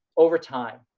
over time.